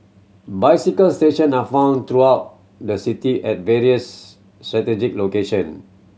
bicycle station are found throughout the city at various strategic location